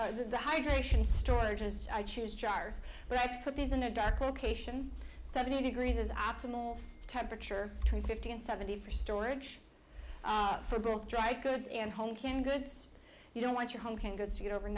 for the hydration storage as i choose jars but i put these in a dark location seventy degrees is optimal temperature to fifty and seventy for storage for both dry goods and home canned goods you don't want your home canned goods to get over